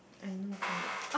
I know cannot